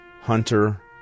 Hunter